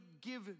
give